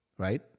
right